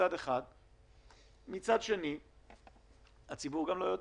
הציבור גם לא יודע